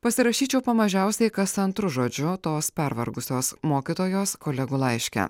pasirašyčiau po mažiausiai kas antru žodžiu tos pervargusios mokytojos kolegų laiške